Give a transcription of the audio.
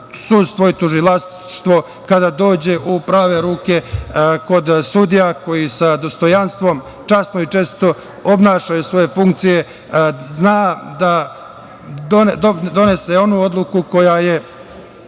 sudstvo i tužilaštvo, kada dođe u prave ruke kod sudija koji sa dostojanstvom časno i čestito obnašaju svoje funkcije, zna da donese onu odluku koja je